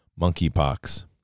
monkeypox